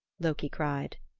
loki cried.